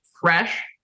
fresh